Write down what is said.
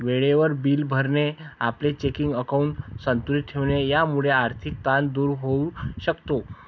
वेळेवर बिले भरणे, आपले चेकिंग अकाउंट संतुलित ठेवणे यामुळे आर्थिक ताण दूर होऊ शकतो